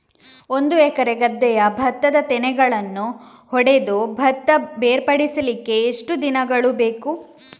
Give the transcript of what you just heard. ಒಂದು ಎಕರೆ ಗದ್ದೆಯ ಭತ್ತದ ತೆನೆಗಳನ್ನು ಹೊಡೆದು ಭತ್ತ ಬೇರ್ಪಡಿಸಲಿಕ್ಕೆ ಎಷ್ಟು ದಿನಗಳು ಬೇಕು?